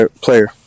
player